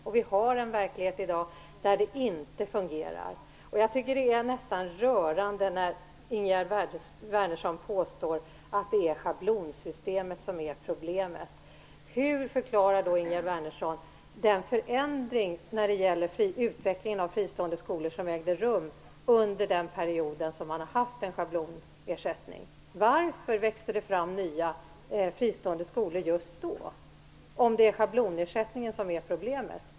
Det fungerar inte i dagens verklighet. Det är nästan rörande när Ingegerd Wärnersson påstår att det är schablonsystemet som är problemet. Hur förklarar Ingegerd Wärnersson den förändring i utveckling av fristående skolor som ägde rum under den period när man hade en schablonersättning? Varför växte det fram nya fristående skolor just då om det är schablonersättningen som är problemet?